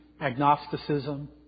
Agnosticism